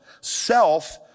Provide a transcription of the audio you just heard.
Self